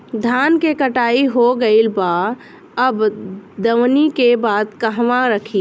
धान के कटाई हो गइल बा अब दवनि के बाद कहवा रखी?